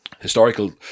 historical